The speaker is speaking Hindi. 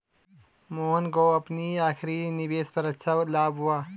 मोहन को अपनी आखिरी निवेश पर अच्छा लाभ हुआ